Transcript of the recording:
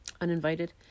uninvited